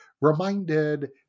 reminded